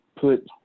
put